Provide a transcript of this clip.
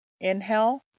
Inhale